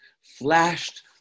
flashed